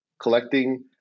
collecting